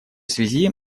связи